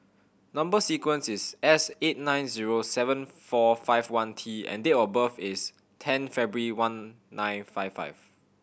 number sequence is S eight nine zero seven four five one T and date of birth is ten February one nine five five